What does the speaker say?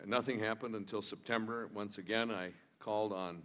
and nothing happened until september and once again i called on